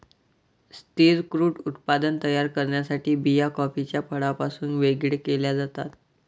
स्थिर क्रूड उत्पादन तयार करण्यासाठी बिया कॉफीच्या फळापासून वेगळे केल्या जातात